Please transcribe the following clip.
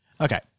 Okay